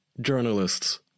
journalists